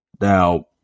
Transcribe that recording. Now